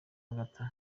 agatha